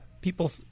people –